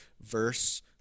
verse